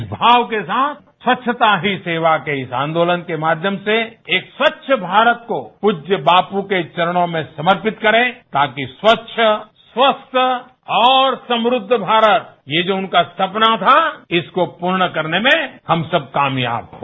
इस भाव के साथ स्वच्छता ही सेवा के इस आंदोलन के माध्यम से एक स्वच्छ भारत को पृज्य बाप के चरणों में समर्पित करें ताकि स्वच्छ स्वस्थ और समुद्ध भारत ये जो उनका सपना था इसको पूर्ण करने में हम सब कामयाब हों